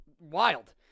wild